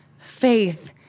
faith